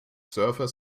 surfer